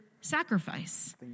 sacrifice